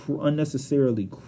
unnecessarily